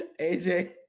AJ